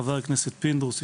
חבר הכנסת פינדרוס,